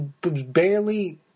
barely